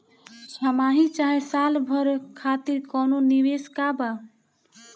छमाही चाहे साल भर खातिर कौनों निवेश बा का?